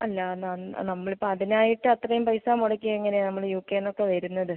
അല്ല നമ്മൾ ഇപ്പം അതിനായിട്ട് അത്രയും പൈസ മുടക്കി എങ്ങനെയാണ് നമ്മൾ യു ക്കെന്നൊക്കെ വരുന്നത്